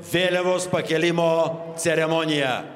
vėliavos pakėlimo ceremonija